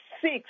six